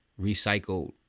recycled